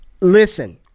Listen